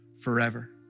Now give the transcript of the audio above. forever